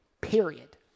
period